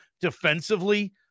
defensively